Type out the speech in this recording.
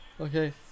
Okay